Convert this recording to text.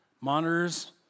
monitors